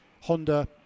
Honda